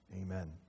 amen